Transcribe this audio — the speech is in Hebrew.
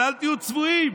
אבל אל תהיו צבועים.